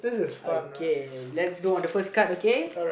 okay lets do on the first card okay